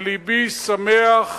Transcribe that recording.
ולבי שמח,